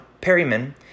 Perryman